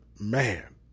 man